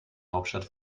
hauptstadt